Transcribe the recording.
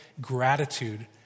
gratitude